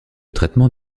traitement